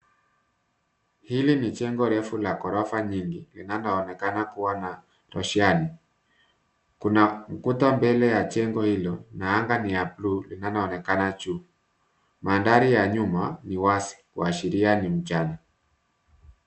Hili ni jengo refu la gorofa nyingi linaloonekana kuwa na roshani . Kuna ukuta mbele ya jengo hilo na anga ni ya buluu inayoonekana juu ,manthari ya nyuma ni wazi kuashiria ni mchana.